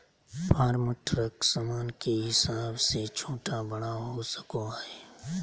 farm truck सामान के हिसाब से छोटा बड़ा हो सको हय